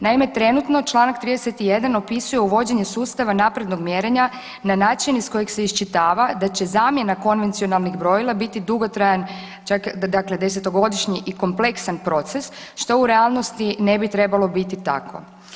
Naime, trenutno čl. 31 opisuje uvođenje sustava naprednog mjerenja na način iz kojeg se očitava da će zamjena konvencionalnih brojila biti dugotrajan, čak, dakle 10-godišnji i kompleksan proces, što u realnosti ne bi trebalo biti tako.